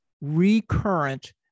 recurrent